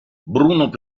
bruno